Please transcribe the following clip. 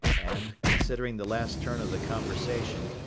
and, considering the last turn of the conversation,